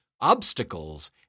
obstacles